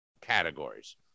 categories